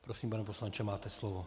Prosím, pane poslanče, máte slovo.